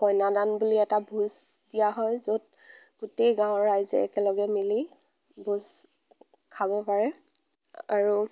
কইনা দান বুলি এটা ভোজ দিয়া হয় য'ত গোটেই গাঁৱৰ ৰাইজে একেলগে মিলি ভোজ খাব পাৰে আৰু